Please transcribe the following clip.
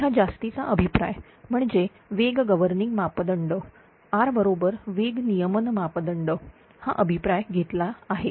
आणि हा जास्तीचा अभिप्राय म्हणजे वेग गव्हर्निंग मापदंड R बरोबर वेग नियमन मापदंड हा अभिप्राय घेतलेला आहे